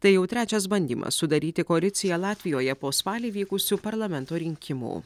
tai jau trečias bandymas sudaryti koaliciją latvijoje po spalį vykusių parlamento rinkimų